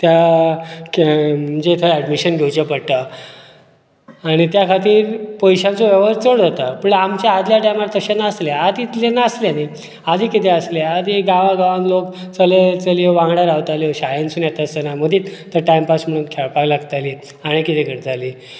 त्या म्हणजे थंय एडमिशन घेवचे पडटा आनी त्या खातीर पयशाचो व्यवहार चड जाता आदल्या टायमार तशे नासले आदी इतले नासले न्ही आदी कितें आसले आदी गांवागांवांन लोक चले चल्यो वांगडा रावताले शाळेनसून येताना मदींच टायमपास म्हणून खेळूंक लागताले आनी कितें करताली